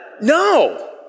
No